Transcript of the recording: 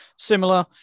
Similar